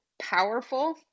powerful